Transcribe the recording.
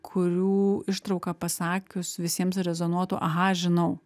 kurių ištrauką pasakius visiems rezonuotų aha žinau